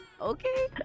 okay